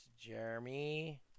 jeremy